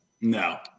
No